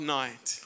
night